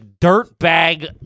dirtbag